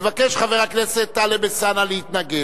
מבקש חבר הכנסת טלב אלסאנע להתנגד.